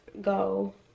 go